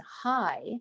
high